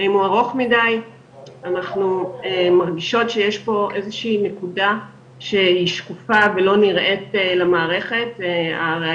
אני רוצה לציין שבאמת מתוך מודעות הלכתי אחת לחצי שנה